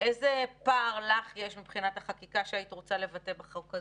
איזה פער יש לך מבחינת החקיקה שהיית רוצה לבטא בחוק הזה?